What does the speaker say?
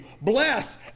Bless